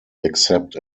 except